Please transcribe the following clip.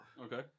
Okay